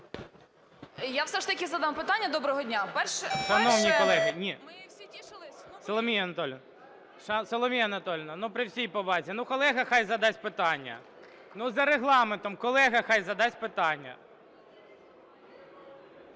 Я все ж таки задам питання. Доброго дня.